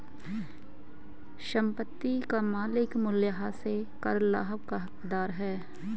संपत्ति का मालिक मूल्यह्रास से कर लाभ का हकदार है